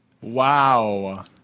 Wow